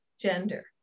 gender